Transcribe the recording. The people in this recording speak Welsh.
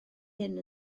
hyn